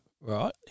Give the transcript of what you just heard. Right